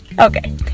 Okay